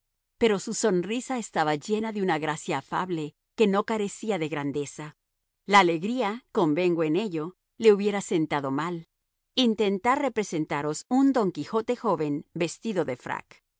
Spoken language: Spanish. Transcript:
pero su sonrisa estaba llena de una gracia afable que no carecía de grandeza la alegría convengo en ello le hubiera sentado mal intentad representaros un don quijote joven vestido de frac